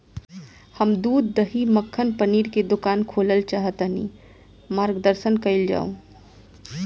हम दूध दही मक्खन पनीर के दुकान खोलल चाहतानी ता मार्गदर्शन कइल जाव?